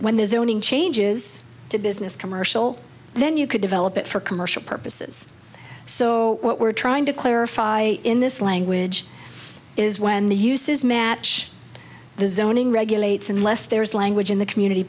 when the zoning changes to business commercial then you could develop it for commercial purposes so what we're trying to clarify in this language is when the uses match the zoning regulates unless there's language in the community